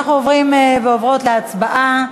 אנחנו עוברים ועוברות להצבעה.